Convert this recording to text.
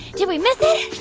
did we miss it?